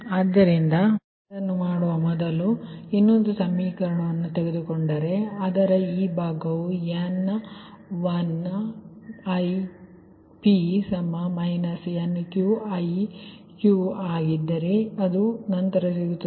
ಆದ್ದರಿಂದ ಅದಕ್ಕೆ ಹೋಗುವ ಮೊದಲು ನೀವು ಇನ್ನೊಂದು ಸಮೀಕರಣವನ್ನು ತೆಗೆದುಕೊಂಡರೆ ಅದರ ಈ ಭಾಗವು NtIp NqIq ಆಗಿದ್ದರೆ ಅದು ನಂತರ ಸಿಗುತ್ತದೆ